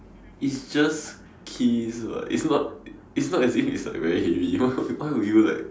it's just keys [what] it's not it's not as if it's like very heavy why why would you like